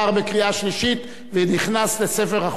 נתקבל.